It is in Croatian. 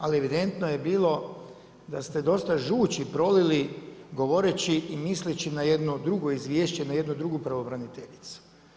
Ali evidentno je bilo da ste dosta žući prolili govoreći i misleći na jedno drugo izvješće, na jednu drugu pravobraniteljicu.